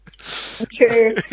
True